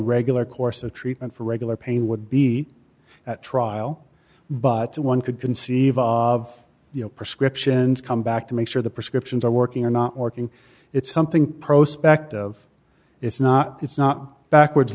regular course of treatment for regular pain would be at trial but one could conceive of you know prescriptions come back to make sure the prescriptions are working or not working it's something prospect of it's not it's not backwards